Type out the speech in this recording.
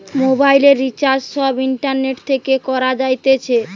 মোবাইলের রিচার্জ সব ইন্টারনেট থেকে করা যাইতেছে